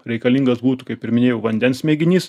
reikalingas būtų kaip ir minėjau vandens mėginys